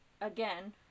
again